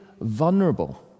vulnerable